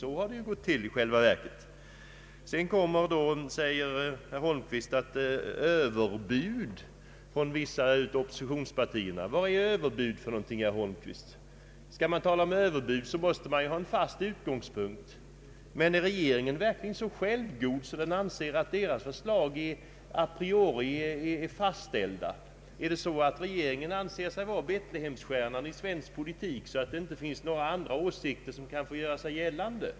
Sedan talar herr Holmqvist om överbud från vissa av oppositionspartierna. Vad är öÖöverbud för någonting, herr Holmqvist? Är regeringen verkligen så självgod att den anser att dess förslag är a priori fastställda? Anser regeringen att den är Betlehemsstjärnan i svensk politik och att det inte finns några andra åsikter som kan göra sig gällande?